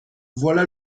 voilà